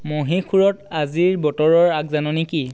মহীশূৰত আজিৰ বতৰৰ আগজাননী কি